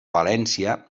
valència